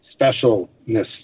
specialness